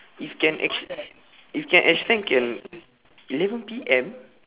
if can act~ if can extend can eleven P_M